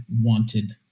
wanted